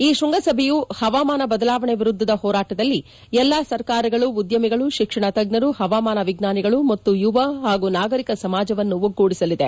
ಈ ಶ್ವಂಗಸಭೆಯು ಪವಾಮಾನ ಬದಲಾವಣೆ ವಿರುದ್ದ ಹೋರಾಟದಲ್ಲಿ ಎಲ್ಲಾ ಸರ್ಕಾರಗಳು ಉದ್ಯಮಿಗಳು ಶಿಕ್ಷಣ ತಜ್ಞರು ಪವಾಮಾನ ವಿಜ್ಞಾನಿಗಳು ಮತ್ತು ಯುವ ಪಾಗೂ ನಾಗರಿಕ ಸಮಾಜವನ್ನು ಒಗ್ಗೂಡಿಸಲಿದೆ